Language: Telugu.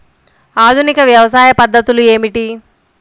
ఆధునిక వ్యవసాయ పద్ధతులు ఏమిటి?